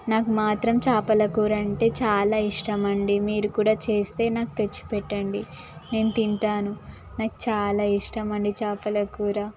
నాకు మాత్రం చేపల కూర అంటే చాలా ఇష్టం అండి మీరు కూడా చేస్తే నాకు తెచ్చి పెట్టండి నేను తింటాను నాకు చాలా ఇష్టం అండి చేపల కూర